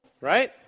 Right